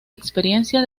experiencia